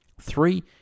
Three